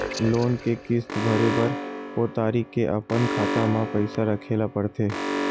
loan के किस्त भरे बर ओ तारीख के अपन खाता म पइसा राखे ल परथे